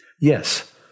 Yes